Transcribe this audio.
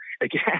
again